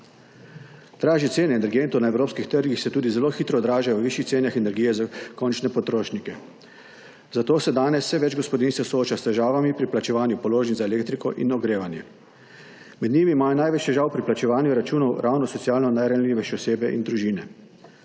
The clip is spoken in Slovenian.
Dražje cene energentov na evropskih trgih se tudi zelo hitro odražajo v višjih cenah energije za končne potrošnike. Zato se danes vse več gospodinjstev sooča s težavami pri plačevanju položnic za elektriko in ogrevanje. Med njimi imajo največ težav pri plačevanju računov ravno socialno najranljivejše osebe in družine.